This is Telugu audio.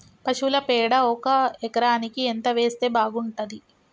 పశువుల పేడ ఒక ఎకరానికి ఎంత వేస్తే బాగుంటది?